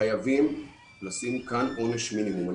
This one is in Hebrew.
חייבים לשים כאן עונש מינימום.